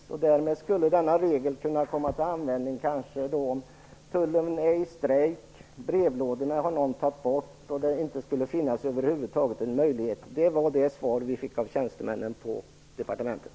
Denna regel skulle kunna komma till användning vid tullstrejk, om tillgång till brevlådor saknas och om det över huvud taget inte finns möjlighet att göra en anmälan, var det besked vi fick av tjänstemännen på departementet.